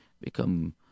become